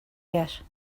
yet